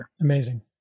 Amazing